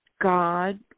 God